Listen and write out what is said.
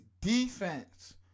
defense